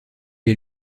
est